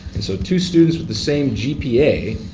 so two students with the same gpa,